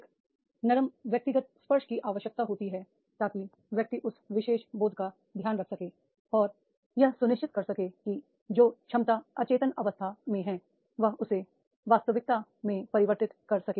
एक नरम व्यक्तिगत स्पर्श की आवश्यकता होती है ताकि व्यक्ति उस विशेष बोध का ध्यान रख सके और यह सुनिश्चित कर सके की जो क्षमता अचेतन अवस्था में है वह उसे वास्तविकता में परिव र्तित कर सके